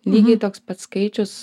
lygiai toks pats skaičius